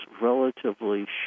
relatively